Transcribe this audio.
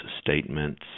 statements